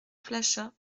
flachat